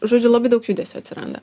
žodžiu labai daug judesio atsiranda